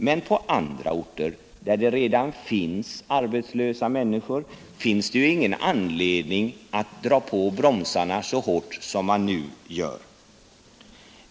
Men på andra orter, där det redan finns arbetslösa människor, är det ju ingen anledning att dra på bromsarna så hårt som man nu gör.